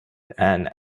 and